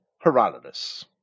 Herodotus